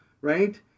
right